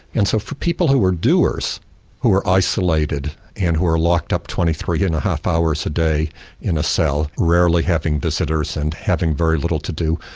and so for people who are doers who are isolated and who are locked up twenty three and a half hours a day in a cell, rarely having visitors and having very little to do,